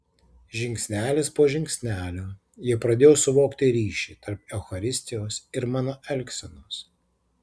žingsnelis po žingsnelio jie pradėjo suvokti ryšį tarp eucharistijos ir mano elgsenos